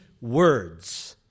words